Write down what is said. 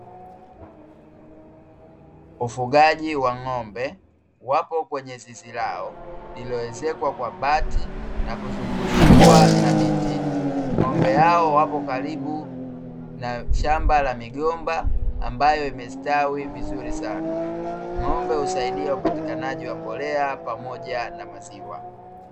Ufugaji wa ng'ombe wapo kwenye zizi lao, lililoezekwa kwa bati na kuzungushiwa na miti. Ng'ombe hao wapo karibu na shamba la migomba ambayo imestawi vizuri sana. Ng'ombe husaidia upatikanaji wa mbolea pamoja na maziwa.